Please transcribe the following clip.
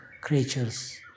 creatures